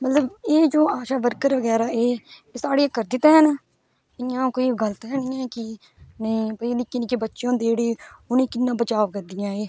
मतलब एह् जो आशा बर्कर बगैरा एह् एह् साढ़ी करदे ते हैन इ'यां कोई गल्त हैन्नी है कि नेईं भाई निक्के निक्के बच्चे होंदे जेह्ड़े उ'नें गी किन्ना बचाव करदियां एह्